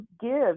give